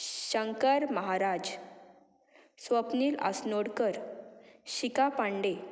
शंकर महाराज स्वप्नील आस्नोडकर शिका पांडे